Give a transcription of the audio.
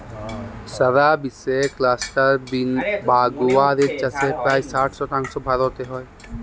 সারা বিশ্বে cluster bean বা গুয়ার এর চাষের প্রায় ষাট শতাংশ ভারতে হয়